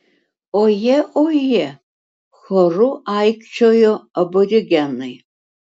oje oje choru aikčiojo aborigenai